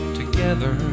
together